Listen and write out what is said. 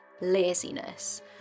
laziness